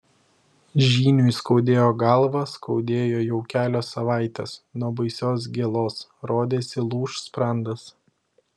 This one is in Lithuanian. žyniui skaudėjo galvą skaudėjo jau kelios savaitės nuo baisios gėlos rodėsi lūš sprandas